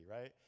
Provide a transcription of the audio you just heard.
right